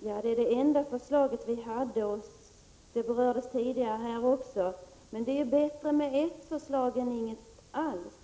Det är det enda förslag vi har, och det har berörts tidigare. Men det är bättre med ett förslag än inget alls.